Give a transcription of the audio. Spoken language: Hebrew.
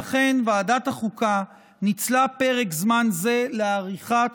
ואכן ועדת החוקה ניצלה פרק זמן זה לעריכת